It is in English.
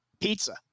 pizza